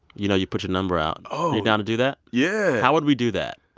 you know, you put your number out oh are you down to do that? yeah how would we do that?